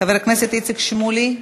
חבר הכנסת איציק שמולי,